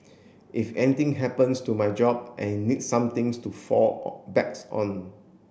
if anything happens to my job I need somethings to fall backs on